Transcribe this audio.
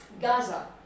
Gaza